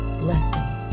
blessings